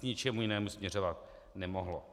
K ničemu jinému směřovat nemohlo.